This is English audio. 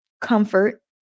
comfort